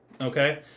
okay